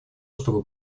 чтобы